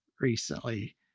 recently